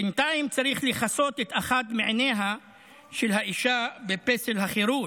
בינתיים צריך לכסות את אחת מעיניה של האישה בפסל החירות,